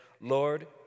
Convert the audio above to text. Lord